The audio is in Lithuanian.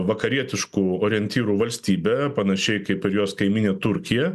vakarietiškų orientyrų valstybė panašiai kaip ir jos kaimynė turkija